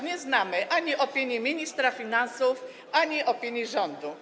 Nie znamy ani opinii ministra finansów, ani opinii rządu.